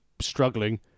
struggling